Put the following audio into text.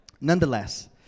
nonetheless